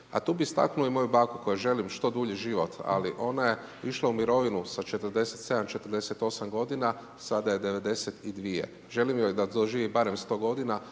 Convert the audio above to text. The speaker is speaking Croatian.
A tu bi istaknuo i moju baku kojoj želim i što dulji život ali ona je išla u mirovinu sa 47, 48 g., sada je 92. Želim joj da doživi barem 100 g.